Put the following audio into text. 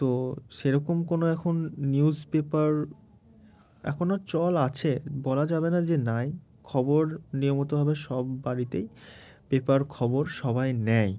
তো সেরকম কোনো এখন নিউজ পেপার এখন আর চল আছে বলা যাবে না যে নাই খবর নিয়মিতভাবে সব বাড়িতেই পেপার খবর সবাই নেয়